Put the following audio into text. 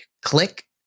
click